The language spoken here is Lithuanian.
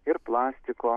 ir plastiko